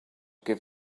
give